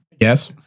Yes